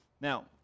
Now